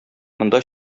монда